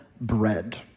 bread